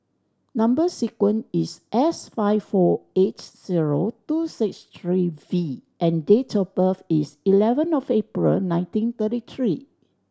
number sequence is S five four eight zero two six three V and date of birth is eleven of April nineteen thirty three